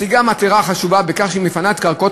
משיגה מטרה חשובה בכך שהיא מפנה את קרקעות